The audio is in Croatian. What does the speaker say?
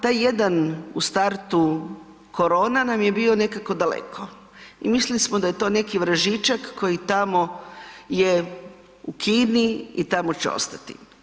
Taj jedan u startu korona nam je bio nekako daleko i mislili smo da je to neki vražićak koji je tamo u Kini i tamo će ostati.